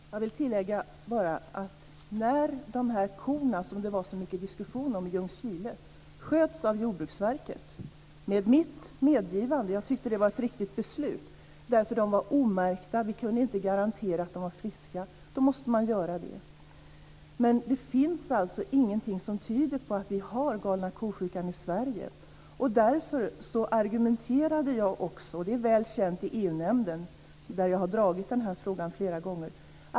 Fru talman! Jag vill bara tillägga att när korna i Ljungskile, som det var så mycket diskussion om, sköts av Jordbruksverket var det med mitt medgivande. Jag tyckte att det var ett riktigt beslut, därför att de var omärkta. Vi kunde inte garantera att de var friska. Då måste man göra så. Men det finns alltså ingenting som tyder på att vi har galna ko-sjukan i Sverige. Därför argumenterade jag också för att man inte kan ha samma bestämmelse för alla länder.